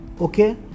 Okay